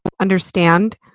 understand